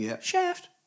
Shaft